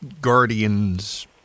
guardians